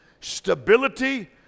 stability